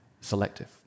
selective